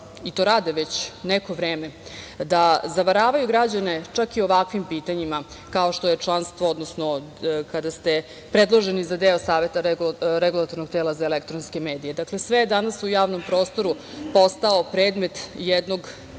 i to rade već neko vreme, da zavaravaju građane čak i o ovakvim pitanjima kao što je članstvo, odnosno kada ste predloženi za deo Saveta regulatornog tela za elektronske medije. Dakle, sve je danas u javnom prostoru postao predmet jednog,